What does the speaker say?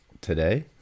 today